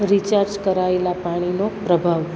recharge કરાયેલા પાણીનો પ્રભાવ